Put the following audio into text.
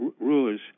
rulers